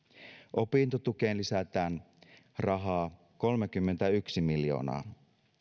opintotukeen lisätään rahaa kolmekymmentäyksi miljoonaa